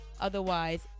Otherwise